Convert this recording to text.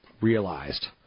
realized